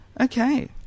Okay